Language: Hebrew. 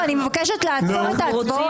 ואני מבקשת לעצור את ההצבעות.